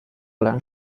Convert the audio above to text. lang